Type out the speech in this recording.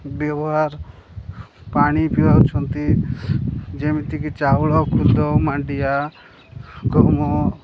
ବ୍ୟବହାର ପାଣି ପିଆଉଛନ୍ତି ଯେମିତିକି ଚାଉଳ ଖୁଦ ମାଣ୍ଡିଆ ଗହମ